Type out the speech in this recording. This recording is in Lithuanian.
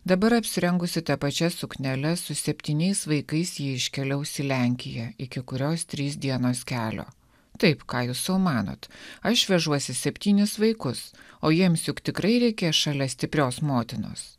dabar apsirengusi ta pačia suknele su septyniais vaikais ji iškeliaus į lenkiją iki kurios trys dienos kelio taip ką jūs sau manot aš vežuosi septynis vaikus o jiems juk tikrai reikės šalia stiprios motinos